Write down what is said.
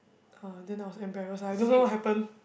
uh then I was embarrassed I don't know what happened